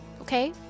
Okay